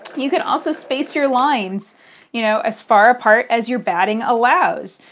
you can also space your lines you know as far apart as your batting allows.